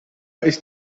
ist